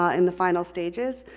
ah in the final stages.